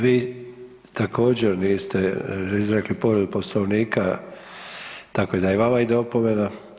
Vi također niste izrekli povredu Poslovnika tako da i vama ide opomena.